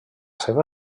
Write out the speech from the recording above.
seva